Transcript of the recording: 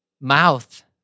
mouth